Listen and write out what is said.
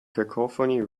cacophony